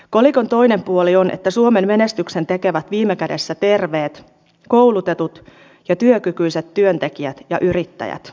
kolikon toinen puoli on että suomen menestyksen tekevät viime kädessä terveet koulutetut ja työkykyiset työntekijät ja yrittäjät